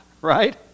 right